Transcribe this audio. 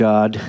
God